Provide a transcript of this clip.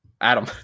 Adam